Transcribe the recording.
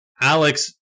Alex